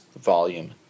Volume